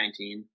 2019